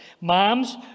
Moms